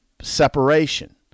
separation